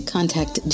Contact